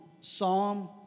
psalm